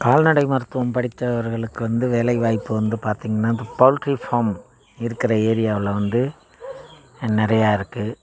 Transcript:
கால்நடை மருத்துவம் படித்தவர்களுக்கு வந்து வேலை வாய்ப்பு வந்து பார்த்தீங்கனா இப்போ பௌல்ட்ரி பார்ம் இருக்கிற ஏரியாவில் வந்து நிறையா இருக்குது